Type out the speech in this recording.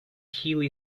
heeley